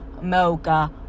mocha